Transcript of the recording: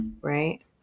right